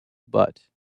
but